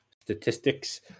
statistics